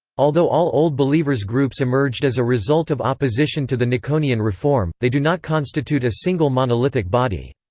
although all old believers groups emerged as a result of opposition to the nikonian reform, they do not constitute a single monolithic body.